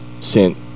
sent